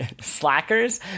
slackers